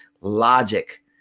logic